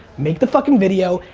make the fucking video,